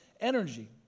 energy